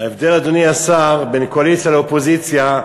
ההבדל, אדוני השר, בין קואליציה לאופוזיציה,